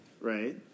right